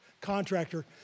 contractor